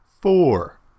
four